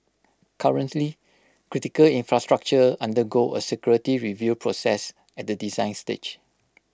currently critical infrastructure undergo A security review process at the design stage